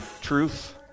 truth